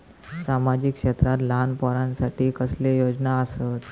सामाजिक क्षेत्रांत लहान पोरानसाठी कसले योजना आसत?